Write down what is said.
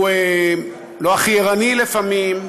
הוא לא הכי ערני לפעמים,